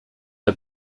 n’a